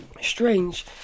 strange